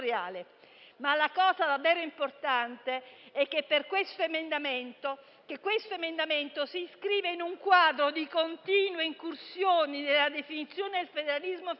Ma la cosa davvero importante è che questo emendamento si iscrive in un quadro di continue incursioni nella definizione di federalismo fiscale